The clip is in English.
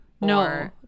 No